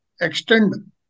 extend